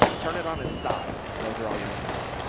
turn it on its side. and those are all your emails,